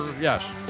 Yes